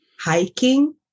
hiking